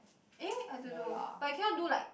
eh I don't know but you cannot do like